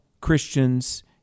Christians